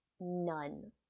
None